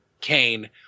Kane